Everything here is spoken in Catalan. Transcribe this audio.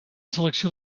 selecció